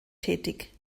tätig